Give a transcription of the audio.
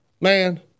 man